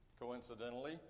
coincidentally